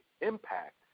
impact